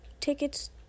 tickets